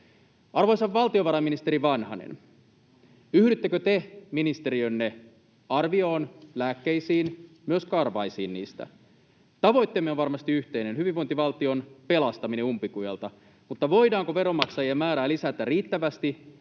Arvoisa valtiovarainministeri Vanhanen, yhdyttekö te ministeriönne arvioon lääkkeistä, myös karvaista niistä? Tavoitteemme on varmasti yhteinen, hyvinvointivaltion pelastaminen umpikujalta, mutta voidaanko veronmaksajien määrää [Puhemies